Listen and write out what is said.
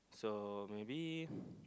so maybe